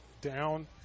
down